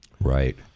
Right